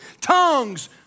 tongues